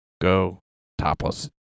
go-topless